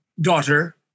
daughter